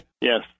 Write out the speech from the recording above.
Yes